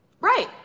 Right